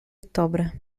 ottobre